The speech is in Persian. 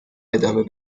ادامه